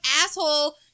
asshole